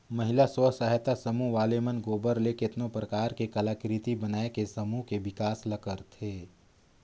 महिला स्व सहायता समूह वाले मन गोबर ले केतनो परकार के कलाकृति बनायके समूह के बिकास ल करथे